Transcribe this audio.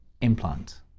implant